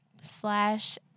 slash